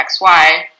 XY